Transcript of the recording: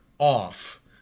off